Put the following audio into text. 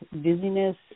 dizziness